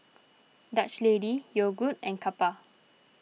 Dutch Lady Yogood and Kappa